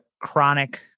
chronic